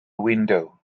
window